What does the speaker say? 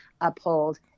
uphold